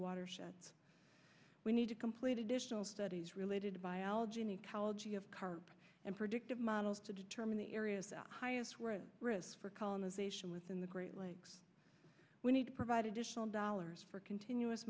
watershed we need to complete additional studies related to biology and ecology of carp and predictive models to determine the areas highest risk for colonization within the great lakes we need to provide additional dollars for continuous